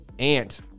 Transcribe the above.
Ant